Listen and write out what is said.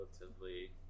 relatively